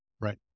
Right